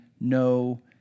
no